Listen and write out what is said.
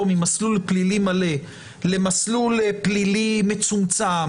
ממסלול פלילי מלא למסלול פלילי מצומצם,